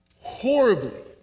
horribly